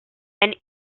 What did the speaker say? and